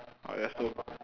ah ya so